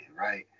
right